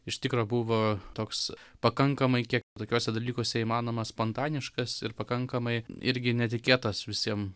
iš tikro buvo toks pakankamai kiek tokiuose dalykuose įmanomas spontaniškas ir pakankamai irgi netikėtas visiem